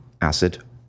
acid